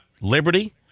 Liberty